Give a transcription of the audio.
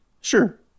sure